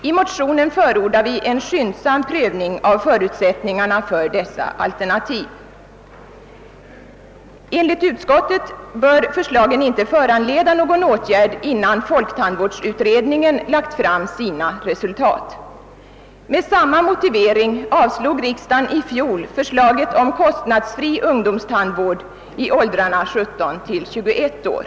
I motionen förordar vi en skyndsam prövning av förutsättningarna för dessa alternativ. Enligt utskottsmajoriteten bör förslagen inte föranleda någon åtgärd innan folktandvårdsutredningen lagt fram resultaten av sitt arbete. Med samma motivering avslog riksdagen i fjol förslaget om kostnadsfri ungdomstandvård i åldrarna 17—21 år.